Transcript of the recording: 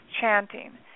chanting